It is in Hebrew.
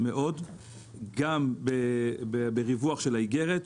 גם בריווח של האיגרת,